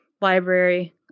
library